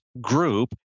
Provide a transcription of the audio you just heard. group